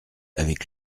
avec